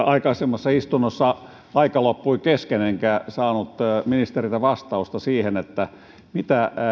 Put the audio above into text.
aikaisemmassa istunnossa aika loppui kesken enkä saanut ministeriltä vastausta siihen että mitä